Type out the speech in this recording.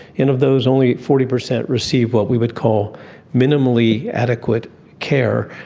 and of those only forty percent receive what we would call minimally adequate care.